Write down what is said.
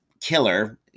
killer